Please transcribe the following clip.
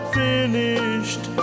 finished